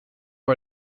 are